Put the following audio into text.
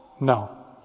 No